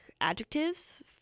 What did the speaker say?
adjectives